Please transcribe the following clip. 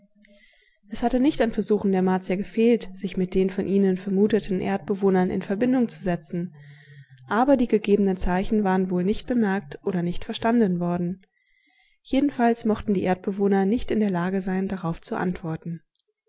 es hatte nicht an versuchen der martier gefehlt sich mit den von ihnen vermuteten erdbewohnern in verbindung zu setzen aber die gegebenen zeichen waren wohl nicht bemerkt oder nicht verstanden worden jedenfalls mochten die erdbewohner nicht in der lage sein darauf zu antworten